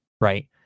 right